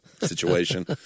situation